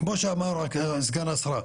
כמו שאמר סגן השרה,